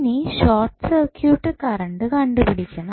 ഇനി short circuit current കണ്ടുപിടിക്കണം